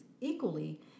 equally